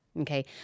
Okay